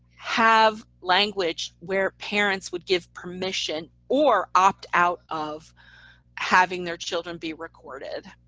have language where parents would give permission or opt out of having their children be recorded,